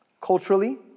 culturally